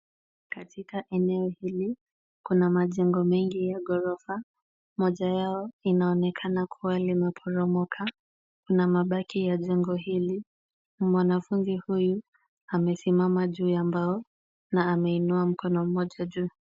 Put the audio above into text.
Katika eneo hili, kuna majengo mengi ya ghorofa. Moja yao inaonekana kuwa limeporomoka. Kuna mabaki ya jengo hili, mwanafunzi huyu amesimama juu ya mbao na ameinua mkono mmoja juu.